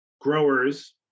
growers